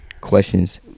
questions